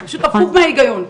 זה פשוט הפוך מההיגיון.